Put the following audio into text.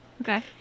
Okay